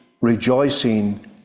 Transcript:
rejoicing